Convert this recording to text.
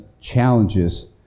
challenges